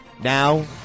Now